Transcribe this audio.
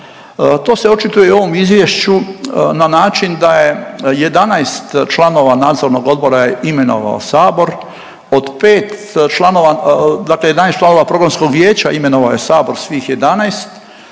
To se očituje i u ovom izvješću na način da je 11 članova nadzornog odbora je imenovao sabor, od 5 članova dakle 11 članova programskog vijeća imenovao je sabor svih 11.